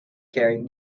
carrying